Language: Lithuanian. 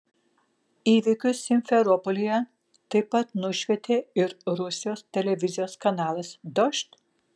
įvykius simferopolyje taip pat nušvietė ir rusijos televizijos kanalas dožd